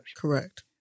Correct